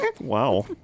wow